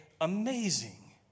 amazing